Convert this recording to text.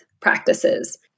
practices